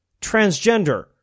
transgender